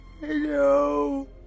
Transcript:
Hello